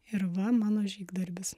ir va mano žygdarbis